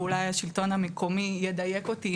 ואולי השלטון המקומי ידייק אותי,